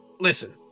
Listen